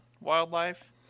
wildlife